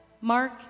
Mark